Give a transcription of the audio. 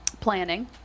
Planning